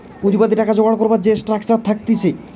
পুঁজিবাদী টাকা জোগাড় করবার যে স্ট্রাকচার থাকতিছে